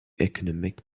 economic